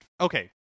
Okay